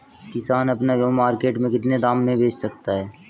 किसान अपना गेहूँ मार्केट में कितने दाम में बेच सकता है?